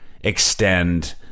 extend